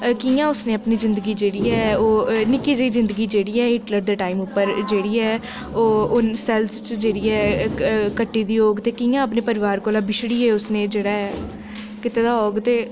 कि कि'यां उसनै अपनी जिंदगी जेह्ड़ी ऐ ओह् निक्की जेही जिंदगी जेह्ड़ी ऐ हिटलर दे टाइम उप्पर जेह्ड़ी ओह् उन्न सैल्लें च जेह्ड़ी ऐ कट्टी दी होग ते कि'यां अपने परोआर कोल बिछड़ियै उसनै जेह्ड़ा ऐ कीते दा होग ते